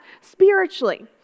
spiritually